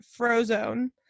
frozone